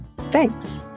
Thanks